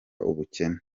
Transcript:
ubukene